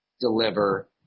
deliver